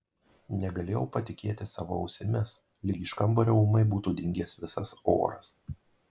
negalėjau patikėti savo ausimis lyg iš kambario ūmai būtų dingęs visas oras